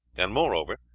and, moreover,